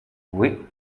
oui